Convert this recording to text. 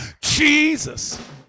Jesus